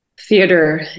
theater